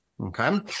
Okay